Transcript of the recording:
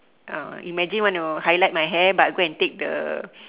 uh imagine want to highlight my hair but go and take the